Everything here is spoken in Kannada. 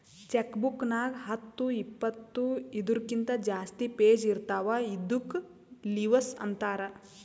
ಚೆಕ್ ಬುಕ್ ನಾಗ್ ಹತ್ತು ಇಪ್ಪತ್ತು ಇದೂರ್ಕಿಂತ ಜಾಸ್ತಿ ಪೇಜ್ ಇರ್ತಾವ ಇದ್ದುಕ್ ಲಿವಸ್ ಅಂತಾರ್